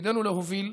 תפקידנו להוביל,